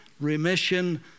remission